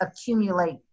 accumulate